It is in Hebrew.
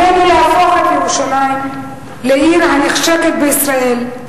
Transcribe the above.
עלינו להפוך את ירושלים לעיר הנחשקת בישראל,